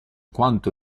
quanto